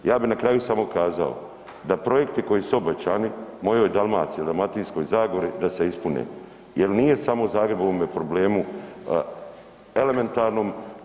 Ja bi na kraju samo kazao, da projekti koji su obećani mojoj Dalmaciji i Dalmatinskoj zagori da se ispune jel nije samo Zagreb u ovome problemu elementarnom.